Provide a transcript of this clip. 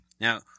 Now